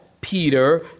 Peter